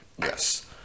Yes